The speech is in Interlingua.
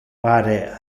pare